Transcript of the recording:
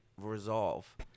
resolve